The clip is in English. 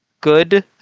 good